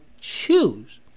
choose